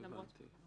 לא הבנתי.